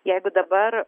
jeigu dabar